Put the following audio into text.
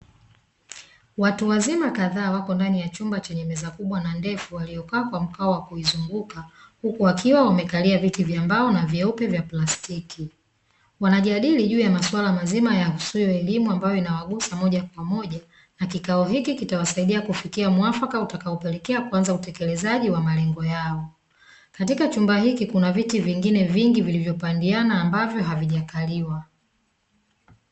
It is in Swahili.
Watu wazima kadhaa wapo ndani ya chumba chenye meza kubwa na ndefu waliokaa kwa mkao wakuizunguka, huku wakiwa wamekalia viti vyambao na vyeupe vya plastiki, wanajadili juu maswala mazima yahusuyo elimu ambayo inawagusa moja kwa moja na kikao hiki kitawasaidia kufikia mhafaka utakaopelekea kuanza utekelezaji wa malengo yao, katika chumba hiki kuna viti vingine vingi vilivyo pandiana ambayo haviajkaliwa.